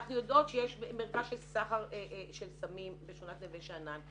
אנחנו יודעים שיש מרכז של סחר של סמים בשכונת נווה שאנן.